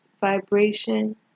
vibration